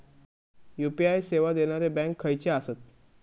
UPI सेवा देणारे bank खयचे आसत?